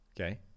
Okay